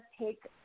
take